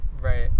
Right